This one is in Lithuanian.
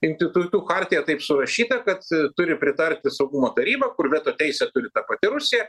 jungtinių tautų chartija taip surašyta kad turi pritarti saugumo taryba kur veto teisę turi ta pati rusija